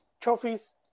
trophies